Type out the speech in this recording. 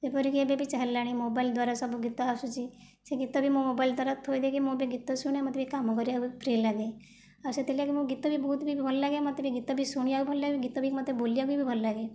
ଯେପରିକି ଏବେ ବି ଚାଲିଲାଣି ମୋବାଇଲ ଦ୍ବାରା ସବୁ ଗୀତ ଆସୁଛି ସେ ଗୀତ ବି ମୋ ମୋବାଇଲ ତାର ଥୋଇ ଦେଇକି ମୁଁ ବି ଗୀତ ଶୁଣେ ମୋତେ ଟିକିଏ କାମ କରିବାକୁ ଫ୍ରୀ ଲାଗେ ଆଉ ସେଥିଲାଗି ମୁଁ ଗୀତ ବି ବହୁତ ବି ଭଲ ଲାଗେ ମୋତେ ବି ଗୀତ ବି ଶୁଣିବାକୁ ଭଲ ଲାଗେ ଗୀତ ବି ମୋତେ ବୋଲିବାକୁ ବି ଭଲ ଲାଗେ